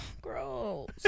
gross